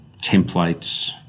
templates